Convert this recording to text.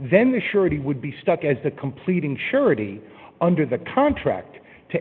then the surety would be stuck as the completing surety under the contract to